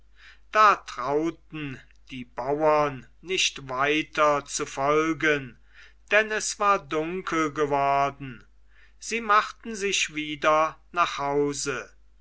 da trauten die bauern nicht weiter zu folgen denn es war dunkel geworden sie machten sich wieder nach hause